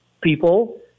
people